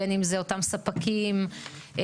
בין אם זה אותם ספקים וכדומה,